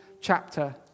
chapter